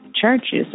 churches